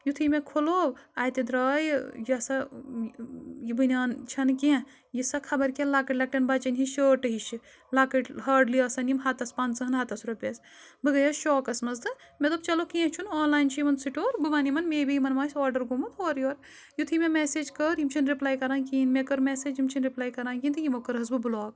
یِتھُے مےٚ کھُلوو اَتہِ درٛاے یۄس سۄ یہِ بٔنیٛان چھَنہٕ کینٛہہ یُس سۄ خبر کیٛاہ لۄکٕٹۍ لۄکٹٮ۪ن بَچَن ہِنٛز شٲٹہٕ ہِشہِ لۄکٕٹۍ ہاڈلی آسَن یِم ہَتَس پنٛژہَن ہَتَس رۄپیَس بہٕ گٔیَس شاکَس منٛز تہٕ مےٚ دوٚپ چلو کینٛہہ چھُنہٕ آن لاین چھِ یِمَن سٕٹور بہٕ وَنہٕ یِمَن مے بی یِمَن ما آسہِ آڈَر گوٚمُت اورٕ یورٕ یِتھُے مےٚ مٮ۪سیج کٔر یِم چھِنہٕ رِپلَے کَران کِہیٖنۍ مےٚ کٔر مٮ۪سیج یِم چھِنہٕ رِپلَے کَران کِہیٖنۍ تہٕ یِمو کٔرہَس بہٕ بٕلاک